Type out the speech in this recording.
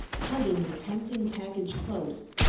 hugging the tempting package close,